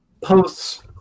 posts